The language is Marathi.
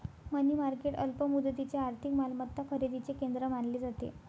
मनी मार्केट अल्प मुदतीच्या आर्थिक मालमत्ता खरेदीचे केंद्र मानले जाते